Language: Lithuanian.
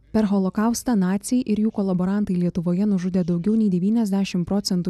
per holokaustą naciai ir jų kolaborantai lietuvoje nužudė daugiau nei devyniasdešim procentų